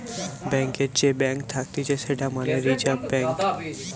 ব্যাংকারের যে ব্যাঙ্ক থাকতিছে সেটা মানে রিজার্ভ ব্যাঙ্ক